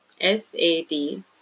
s-a-d